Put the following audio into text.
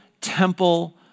temple